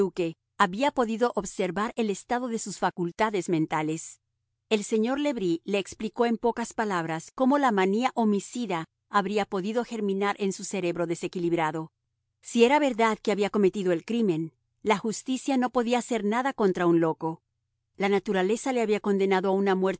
había podido observar el estado de sus facultades mentales el señor le bris le explicó en pocas palabras cómo la manía homicida habría podido germinar en su cerebro desequilibrado si era verdad que había cometido el crimen la justicia no podía hacer nada contra un loco la naturaleza le había condenado a una